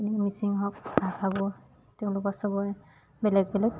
এনে মিচিং হওক ভাষাবোৰ তেওঁলোকৰ চবৰে বেলেগ বেলেগ